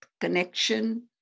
connection